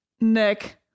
Nick